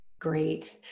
Great